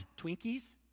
Twinkies